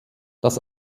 das